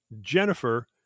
Jennifer